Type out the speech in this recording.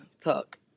talk